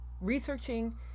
researching